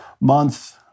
month